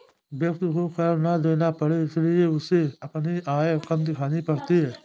व्यक्ति को कर ना देना पड़े इसलिए उसे अपनी आय कम दिखानी पड़ती है